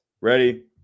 Ready